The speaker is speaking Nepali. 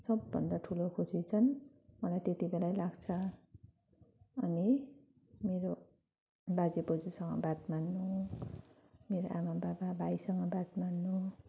सबभन्दा ठुलो खुसी चाहिँ मलाई त्यति बेलै लाग्छ अनि मेरो बाजेबोजूसँग बात मार्नु मेरो आमाबाबा भाइसँग बात मार्नु